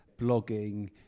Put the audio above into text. blogging